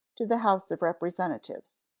to the house of representatives